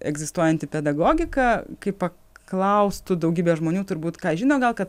egzistuojanti pedagogika kaip paklaustų daugybė žmonių turbūt ką žino gal kad